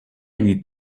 lui